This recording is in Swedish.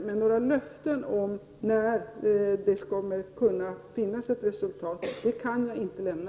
Men några löften om när resultaten är klara kan jag för dagen inte lämna.